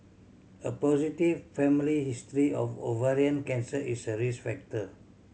a positive family history of ovarian cancer is a risk factor